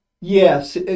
Yes